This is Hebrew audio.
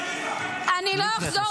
עד ההצבעה,